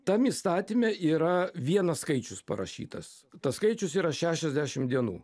tam įstatyme yra vienas skaičius parašytas tas skaičius yra šešiasdešim dienų